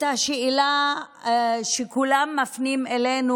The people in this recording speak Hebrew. את השאלה שכולם מפנים אלינו,